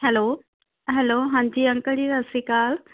hello hello ਹਾਂਜੀ uncle ji ਸਤਿ ਸ਼੍ਰੀ ਅਕਾਲ